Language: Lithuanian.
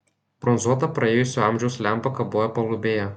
bronzuota praėjusio amžiaus lempa kabojo palubėje